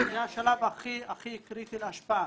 זה השלב הכי קריטי להשפעה.